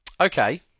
Okay